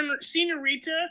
Senorita